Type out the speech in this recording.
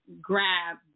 grab